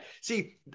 See